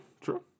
true